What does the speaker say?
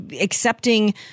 accepting